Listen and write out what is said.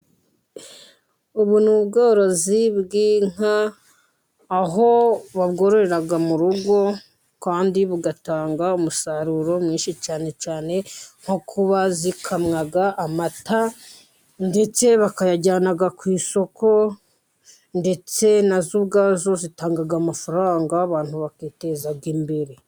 Ubu ni ubworozi bw'inka aho bororera mu rugo kandi bugatanga umusaruro mwinshi, cyane cyane nko kuba zikamwa amata ndetse bakayajyana ku isoko ndetse nazo zitanga amafaranga abantu bakitezaga imbere.